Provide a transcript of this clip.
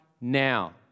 now